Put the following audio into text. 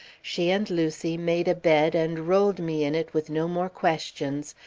she and lucy made a bed and rolled me in it with no more questions,